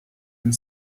and